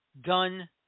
done